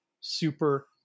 super